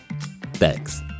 Thanks